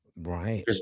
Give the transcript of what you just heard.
right